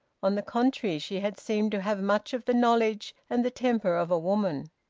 on the contrary she had seemed to have much of the knowledge and the temper of a woman.